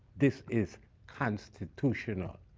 this is constitutional.